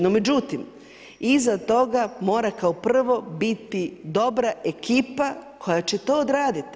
No međutim, iza toga mora kao prvo biti dobra ekipa koja će to odraditi.